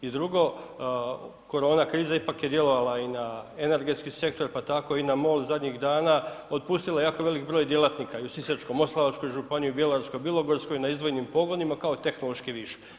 I drugo, korona kriza ipak je djelovala i na energetski sektor pa tako INA MOL zadnjih dana otpustila je jako velik broj djelatnika i u Sisačko-moslavačkoj županiji, u Bjelovarsko-bilogorskoj na izdvojenim pogonima kao tehnološki višak.